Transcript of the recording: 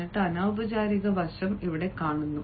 എന്നിട്ട് അനൌപചാരിക വശം വരുന്നു